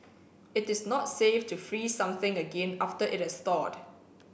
it is not safe to freeze something again after it has thawed